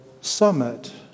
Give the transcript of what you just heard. summit